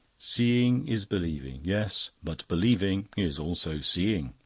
seeing is believing. yes, but believing is also seeing.